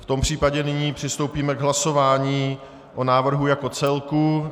V tom případě nyní přistoupíme k hlasování o návrhu jako celku.